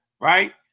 right